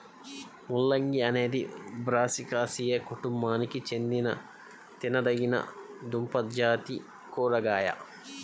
ముల్లంగి అనేది బ్రాసికాసియే కుటుంబానికి చెందిన తినదగిన దుంపజాతి కూరగాయ